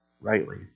rightly